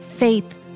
faith